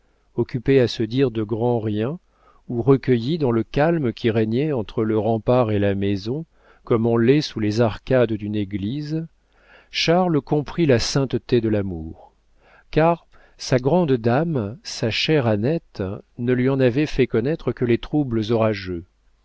occupés à se dire de grands riens ou recueillis dans le calme qui régnait entre le rempart et la maison comme on l'est sous les arcades d'une église charles comprit la sainteté de l'amour car sa grande dame sa chère annette ne lui en avait fait connaître que les troubles orageux